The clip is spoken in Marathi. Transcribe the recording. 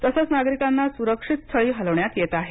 तसंच नागरिकांना सुरक्षित स्थळी हलविण्यात येत आहे